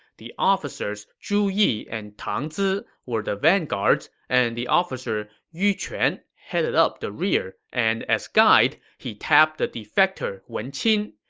the officers zhu yi and tang zi were the vanguards. and the officer yu quan headed up the rear, and as guide, he tapped the defector wen qin.